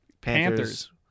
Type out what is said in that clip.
Panthers